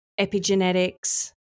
epigenetics